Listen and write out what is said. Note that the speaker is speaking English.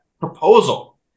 proposal